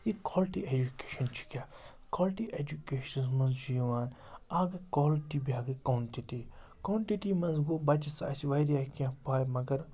یہِ quality education چھِ کیٛاہ کالٹی اٮ۪جُکیشنَس منٛز چھُ یِوان اَکھ گٔے کالٹی بیٛاکھ گٔے کانٹِٹی کانٹِٹی منٛز گوٚو بَچہِ سُہ آسہِ وارِیاہ کیٚنٛہہ پاے مگر